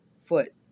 foot